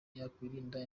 yakwirinda